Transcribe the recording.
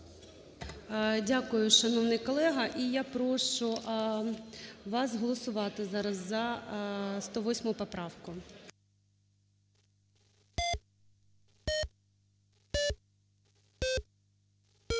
Дякую, шановний колего. І я прошу вас голосувати зараз за 108 поправку.